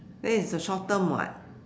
then it's the short term [what]